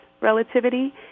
relativity